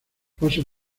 paso